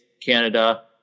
canada